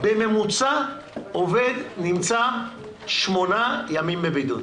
שעובד נמצא בממוצע שמונה ימים בבידוד.